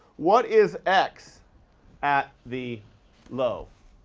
what is x at the low?